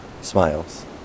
smiles